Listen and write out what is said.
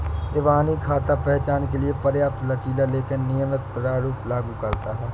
इबानी खाता पहचान के लिए पर्याप्त लचीला लेकिन नियमित प्रारूप लागू करता है